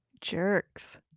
Jerks